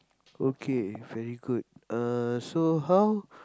okay very good (uh)so how